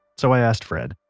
so i asked fred,